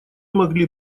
могли